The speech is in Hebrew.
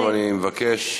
חברים שם, אני מבקש.